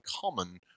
common